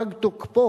פג תוקפו